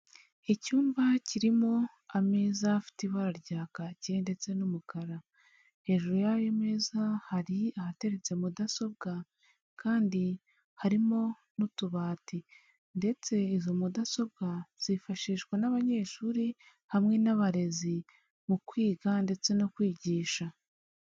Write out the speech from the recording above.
Icyumba kirimo ameza afite ibara rya kaki ndetse n'umukara, hejuru y'ayo meza hari ahateretse mudasobwa kandi harimo n'utubati, ndetse izo mudasobwa zifashishwa n'abanyeshuri hamwe n'abarezi mu kwiga ndetse no kwigisha.